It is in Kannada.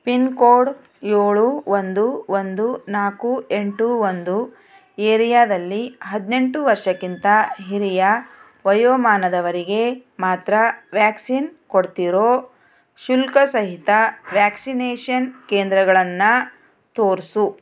ಪಿನ್ ಕೋಡ್ ಏಳು ಒಂದು ಒಂದು ನಾಲ್ಕು ಎಂಟು ಒಂದು ಏರಿಯಾದಲ್ಲಿ ಹದಿನೆಂಟು ವರ್ಷಕ್ಕಿಂತ ಹಿರಿಯ ವಯೋಮಾನದವರಿಗೆ ಮಾತ್ರ ವ್ಯಾಕ್ಸಿನ್ ಕೊಡ್ತಿರೊ ಶುಲ್ಕಸಹಿತ ವ್ಯಾಕ್ಸಿನೇಷನ್ ಕೇಂದ್ರಗಳನ್ನು ತೋರಿಸು